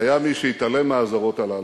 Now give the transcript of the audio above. היה מי שהתעלם מהאזהרות הללו,